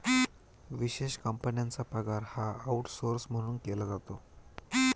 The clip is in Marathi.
विशेष कंपन्यांचा पगार हा आऊटसौर्स म्हणून केला जातो